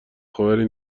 خبری